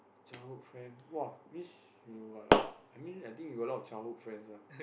childhood friend !wah! means you got a lot I mean I think you got a lot of childhood friends lah